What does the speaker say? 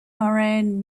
moran